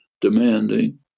demanding